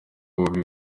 ububi